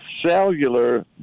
cellular